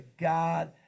God